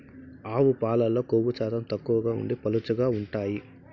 ఆవు పాలల్లో కొవ్వు శాతం తక్కువగా ఉండి పలుచగా ఉంటాయి